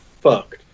fucked